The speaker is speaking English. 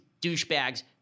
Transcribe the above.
douchebags